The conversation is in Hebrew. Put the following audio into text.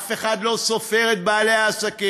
אף אחד לא סופר את בעלי העסקים